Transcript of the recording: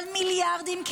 אבל מיליארדים,